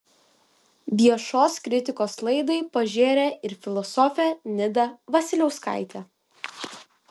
viešos kritikos laidai pažėrė ir filosofė nida vasiliauskaitė